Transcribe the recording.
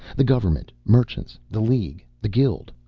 the government, merchants, the league, the guild,